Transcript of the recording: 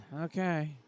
okay